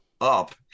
up